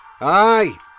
aye